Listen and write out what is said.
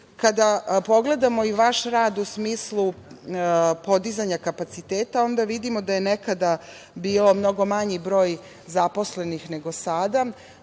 pogledamo i vaš rad u smislu podizanja kapaciteta, onda vidimo da je nekada bio mnogo manji broj zaposlenih nego sada,